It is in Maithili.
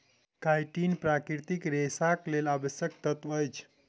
काइटीन प्राकृतिक रेशाक लेल आवश्यक तत्व अछि